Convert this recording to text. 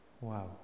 Wow